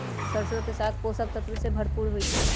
सरसों के साग पोषक तत्वों से भरपूर होई छई